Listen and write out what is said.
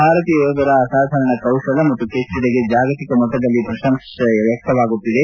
ಭಾರತೀಯ ಯೋಧರ ಅಸಾಧಾರಣ ಕೌಶಲ ಮತ್ತು ಕೆಚ್ಚೆದೆಗೆ ಜಾಗತಿಕ ಮಟ್ಟದಲ್ಲಿ ಪ್ರಶಂಸೆ ವ್ಯಕ್ತವಾಗತ್ತಿದೆ